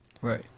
Right